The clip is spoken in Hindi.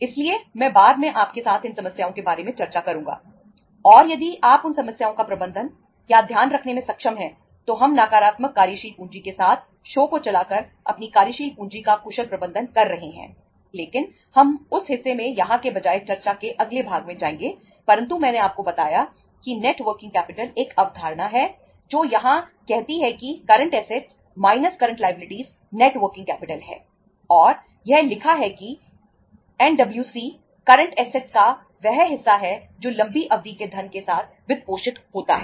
इसलिए मैं बाद में आपके साथ इन समस्याओं के बारे में चर्चा करूंगा और यदि आप उन समस्याओं का प्रबंधन या ध्यान रखने में सक्षम हैं तो हम नकारात्मक कार्यशील पूंजी के साथ शो को चलाकर अपनी कार्यशील पूंजी का कुशल प्रबंधन कर रहे हैं लेकिन हम उस हिस्से में यहां के बजाय चर्चा के अगले भाग में जाएंगे परंतु मैंने आपको बताया कि नेट वर्किंग कैपिटल का वह हिस्सा है जो लंबी अवधि के धन के साथ वित्तपोषित होता है